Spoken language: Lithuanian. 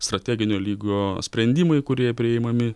strateginio lygio sprendimai kurie priimami